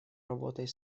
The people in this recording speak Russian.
работой